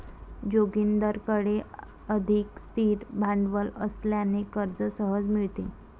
जोगिंदरकडे अधिक स्थिर भांडवल असल्याने कर्ज सहज मिळते